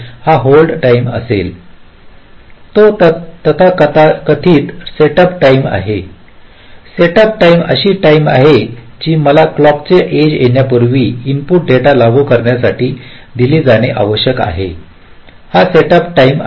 हा hold time आहे तो तथा कथित सेटअप टाइम आहे सेटअप टाईम अशी टाईम आहे जी मला क्लॉक ची एज येण्यापूर्वी इनपुट डेटा लागू करण्यासाठी दिली जाणे आवश्यक आहे हा सेटअप टाईम आहे